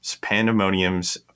pandemonium's